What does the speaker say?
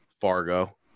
fargo